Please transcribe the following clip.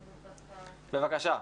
בבקשה.